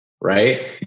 right